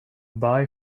boy